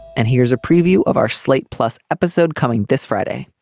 and here's a preview of our slate plus episode coming this friday